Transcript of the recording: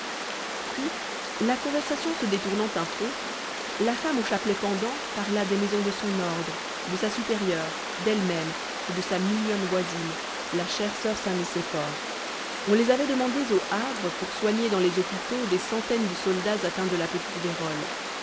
puis la conversation se détournant un peu la femme aux chapelets pendants parla des maisons de son ordre de sa supérieure d'elle-même et de sa mignonne voisine la chère soeur saint nicéphore on les avait demandées au havre pour soigner dans les hôpitaux des centaines de soldats atteints de la